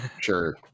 sure